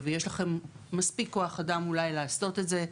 ויש לכם מספיק כוח אדם לעשות את זה.